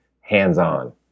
hands-on